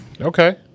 okay